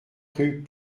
rue